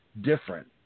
different